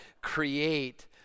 create